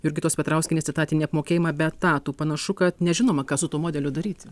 jurgitos petrauskienės etatinį apmokėjimą be etatų panašu kad nežinoma ką su tuo modeliu daryti